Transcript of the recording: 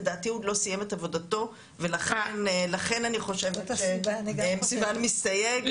לדעתי הוא לא סיים את עבודתו ולכן אני חושבת שסיון מסתייג.